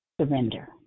Surrender